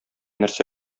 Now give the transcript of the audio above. нәрсә